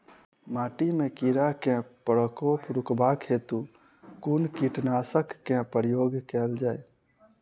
माटि मे कीड़ा केँ प्रकोप रुकबाक हेतु कुन कीटनासक केँ प्रयोग कैल जाय?